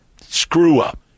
screw-up